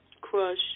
Crush